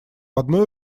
одной